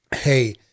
hey